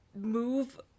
move